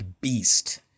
Beast